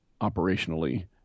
operationally